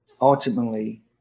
ultimately